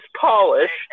polished